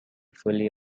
fully